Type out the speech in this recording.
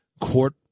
court